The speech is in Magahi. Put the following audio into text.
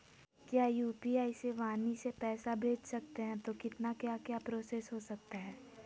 क्या यू.पी.आई से वाणी से पैसा भेज सकते हैं तो कितना क्या क्या प्रोसेस हो सकता है?